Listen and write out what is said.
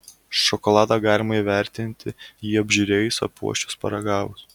šokoladą galima įvertinti jį apžiūrėjus apuosčius paragavus